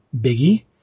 Biggie